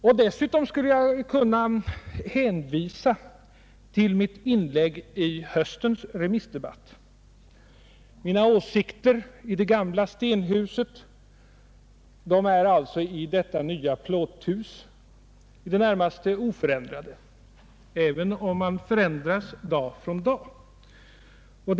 Jag skulle också kunna hänvisa till mitt inlägg i höstens remissdebatt. Mina åsikter i det gamla stenhuset är alltså i detta nya plåthus i det närmaste oförändrade även om man förändras från dag till dag.